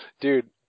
Dude